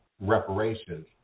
reparations